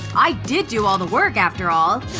i did do all the work, after all.